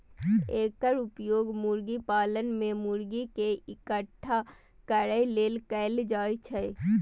एकर उपयोग मुर्गी पालन मे मुर्गी कें इकट्ठा करै लेल कैल जाइ छै